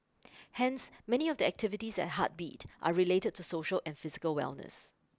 hence many of the activities at heartbeat are related to social and physical wellness